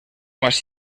más